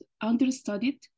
under-studied